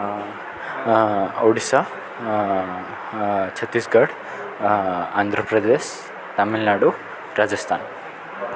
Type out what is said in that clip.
Odisha Chhattisgarh Andhra Pradesh Tamil Nadu Rajasthan